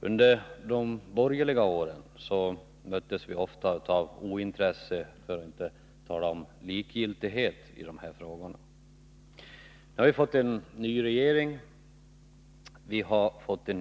Under de borgerliga åren möttes vi ofta av ointresse — för att inte säga likgiltighet — i de här frågorna. Nu har vi fått en ny regering och en ny situation.